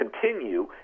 continue